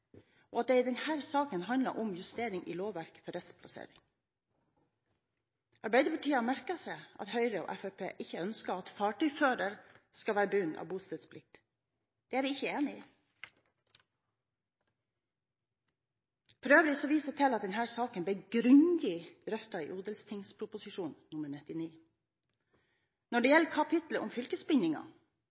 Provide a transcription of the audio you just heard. I denne saken handler det om justeringer i lovverket for rettsplassering. Arbeiderpartiet har merket seg at Høyre og Fremskrittspartiet ikke ønsker at fartøyfører skal være bundet av bostedsplikt. Det er vi ikke enig i. For øvrig viser jeg til at denne saken ble grundig drøftet i Ot.prp. nr. 99 for 2005–2006. Når det gjelder kapitlet om fylkesbindinger,